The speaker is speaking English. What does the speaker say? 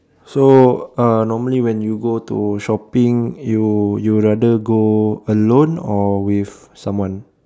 so uh normally when you go to shopping you you would rather go alone or with someone